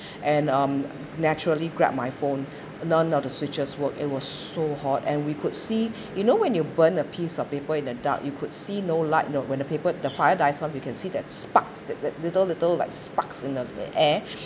and um naturally grabbed my phone none of the switches worked it was so hot and we could see you know when you burn a piece of paper in the dark you could see no light know when the paper the fire dies on we can see that sparks that that little little like sparks in the air